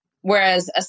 Whereas